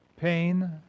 pain